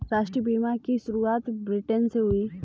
राष्ट्रीय बीमा की शुरुआत ब्रिटैन से हुई